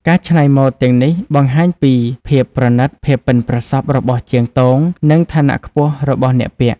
ការច្នៃម៉ូដទាំងនេះបង្ហាញពី ភាពប្រណីត ភាពប៉ិនប្រសប់របស់ជាងទង និង ឋានៈខ្ពស់ របស់អ្នកពាក់។